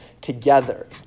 together